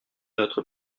notre